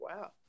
wow